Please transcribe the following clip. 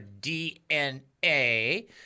DNA